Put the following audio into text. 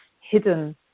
hidden